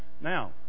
Now